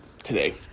today